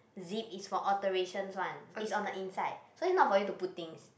zip is for alterations one it's on the inside so it's not for you to put things